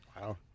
Wow